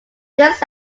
this